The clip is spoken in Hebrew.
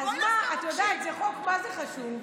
את יודעת, זה חוק מה-זה חשוב.